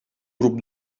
grup